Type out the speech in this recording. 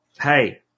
hey